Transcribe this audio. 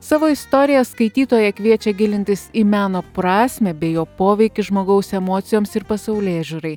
savo istorija skaitytoją kviečia gilintis į meno prasmę bei jo poveikį žmogaus emocijoms ir pasaulėžiūrai